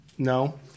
No